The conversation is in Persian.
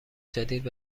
جدید